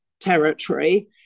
territory